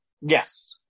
yes